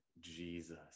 Jesus